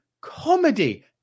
comedy